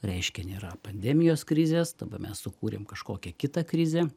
reiškia nėra pandemijos krizės dabar mes sukūrėm kažkokią kitą krizę